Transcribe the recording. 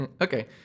Okay